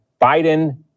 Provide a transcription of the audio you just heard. Biden